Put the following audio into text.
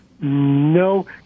No